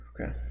Okay